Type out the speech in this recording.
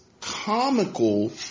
comical